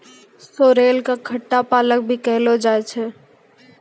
sorrel कॅ खट्टा पालक भी कहलो जाय छै